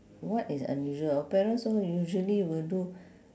what is unusual our parents so usually will do